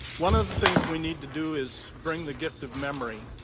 one of the things we need to do is bring the gift of memory.